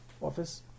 office